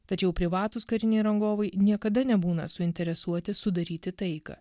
tačiau privatūs kariniai rangovai niekada nebūna suinteresuoti sudaryti taiką